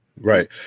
Right